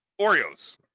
Oreos